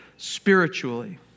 spiritually